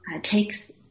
takes